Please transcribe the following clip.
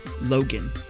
Logan